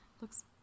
looks